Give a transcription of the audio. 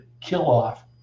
kill-off